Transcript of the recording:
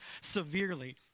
Severely